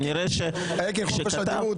כנראה שכשהוא כתב --- חופש הדיבור.